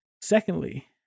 Secondly